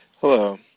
hello